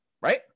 right